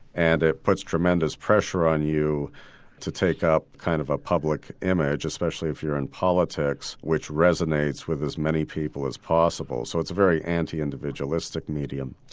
and it puts tremendous pressure on you to take up kind of a public image especially if you are in politics which resonates with as many people as possible, so it's a very anti-individualistic medium.